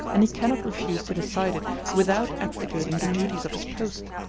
and he cannot refuse to decide it without abdicating the duties of his post.